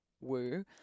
woo